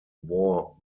war